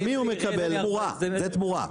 זה תמורה.